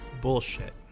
bullshit